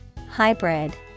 Hybrid